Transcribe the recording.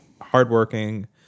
hardworking